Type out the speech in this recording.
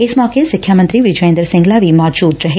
ਇਸ ਮੌਕੇ ਸਿੱਖਿਆ ਮੰਤਰੀ ਵਿਜੈ ਇੰਦਰ ਸਿੰਗਲਾ ਵੀ ਮੌਜੂਦ ਸਨ